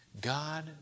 God